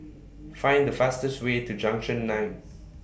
Find The fastest Way to Junction nine